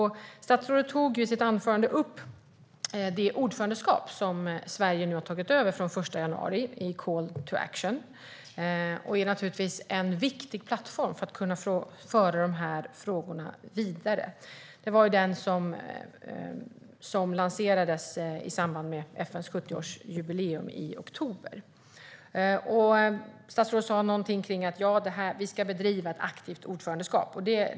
Statsrådet tog i sitt anförande upp det ordförandeskap i Call to Action som Sverige har tagit över från den 1 januari. Det är naturligtvis en viktig plattform för att kunna föra dessa frågor vidare. Den lanserades i samband med FN:s 70-årsjubileum i oktober. Statsrådet sa att vi ska bedriva ett aktivt ordförandeskap.